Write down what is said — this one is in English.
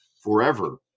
forever